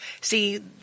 See